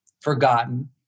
forgotten